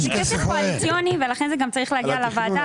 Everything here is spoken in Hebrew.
זה כסף קואליציוני ולכן זה גם צריך להגיע לוועדה.